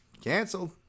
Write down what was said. Canceled